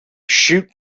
shoot